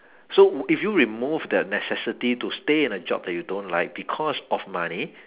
so if you remove that necessity to stay in a job that you don't like because of money